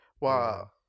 wow